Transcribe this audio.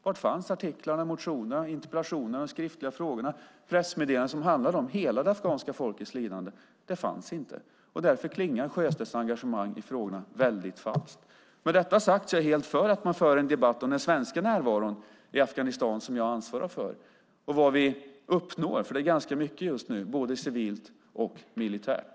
Var finns artiklarna, motionerna, interpellationerna och de skriftliga frågorna, pressmeddelanden som handlar om hela det afghanska folkets lidande? De finns inte. Därför klingar Sjöstedts engagemang i frågorna väldigt falskt. Med detta sagt är jag helt för att man för en debatt om den svenska närvaron i Afghanistan, som jag ansvarar för, och om vad vi uppnår där, för det är ganska mycket just nu både civilt och militärt.